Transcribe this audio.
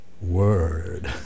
word